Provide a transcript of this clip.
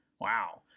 wow